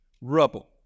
rubble